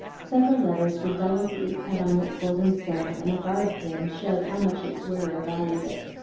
several letters were delicately cut on its golden stem, and a guard pin showed how much its wearer valued it.